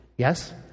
Yes